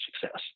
success